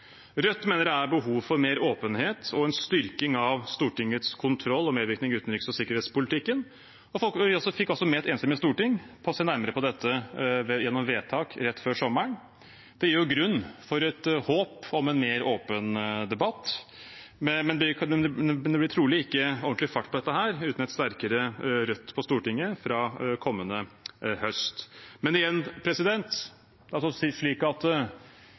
Rødt mener det er behov for mer åpenhet og en styrking av Stortingets kontroll og medvirkning til utenriks- og sikkerhetspolitikken. Vi fikk også et enstemmig storting med på å se nærmere på dette gjennom vedtak fattet rett før sommeren. Det gir grunn til håp om en mer åpen debatt, men det blir trolig ikke ordentlig fart på dette uten et sterkere Rødt på Stortinget fra kommende høst. Men igjen,